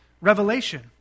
revelation